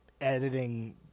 editing